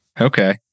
Okay